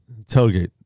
tailgate